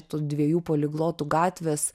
tų dviejų poliglotų gatvės